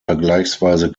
vergleichsweise